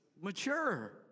Mature